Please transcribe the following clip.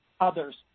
others